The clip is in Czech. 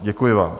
Děkuji vám.